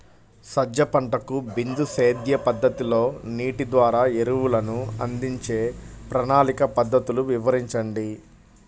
సజ్జ పంటకు బిందు సేద్య పద్ధతిలో నీటి ద్వారా ఎరువులను అందించే ప్రణాళిక పద్ధతులు వివరించండి?